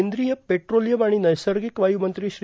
केंद्रीय पेट्रोलियम आणि नैसर्गिक वाय्र मंत्री श्री